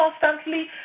constantly